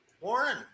Warren